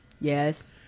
Yes